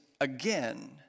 again